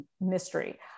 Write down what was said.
mystery